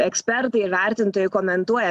ekspertai ir vertintojai komentuoja